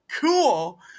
cool